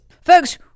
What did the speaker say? Folks